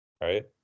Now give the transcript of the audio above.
right